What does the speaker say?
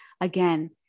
again